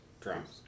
Drums